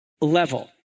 level